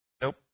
Nope